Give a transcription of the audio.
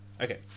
Okay